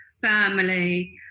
family